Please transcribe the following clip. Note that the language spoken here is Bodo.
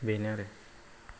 बेनो आरो